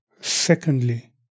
Secondly